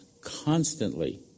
constantly